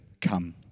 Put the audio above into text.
come